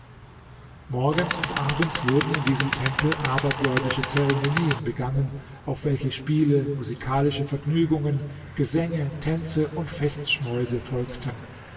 morgens und abends wurden in diesem tempel abergläubische zeremonien begangen auf welche spiele musikalische vergnügungen gesänge tänze und festschmäuse folgten